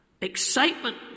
excitement